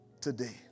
today